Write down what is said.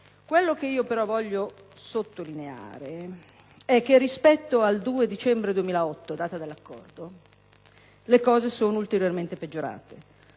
Quello che però voglio sottolineare è che, rispetto al 2 dicembre 2008, data dell'accordo, le cose sono ulteriormente peggiorate.